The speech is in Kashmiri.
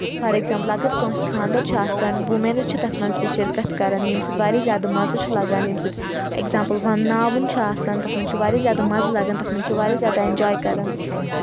فار ایٚگزامپٕل اگر کٲنٛسہِ خاندر چھُ آسان ووٗمینٕز چھِ تَتھ منٛز تہِ شِرکت کَران ییٚمہِ سۭتۍ واریاہ زیادٕ مَزٕ چھُ لگان ییٚمہِ سۭتۍ اؠگزامپٕل وَن ناوُن چھُ آسان تَتھ منٛز چھُ واریاہ زیادٕ مَزٕ لگان تَتھ منٛز چھِ واریاہ زیادٕ اؠنجاے کران تھینکٕس